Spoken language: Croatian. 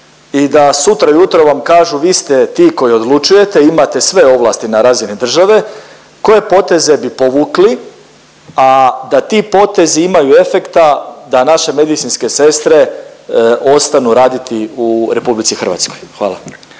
i da sutra u jutro vam kažu vi ste ti koji odlučujete, imate sve ovlasti na razini države koje poteze bi povukli, a da ti potezi imaju efekta da naše medicinske sestre ostanu raditi u Republici Hrvatskoj. Hvala.